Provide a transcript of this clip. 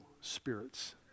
spirits